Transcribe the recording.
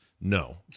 No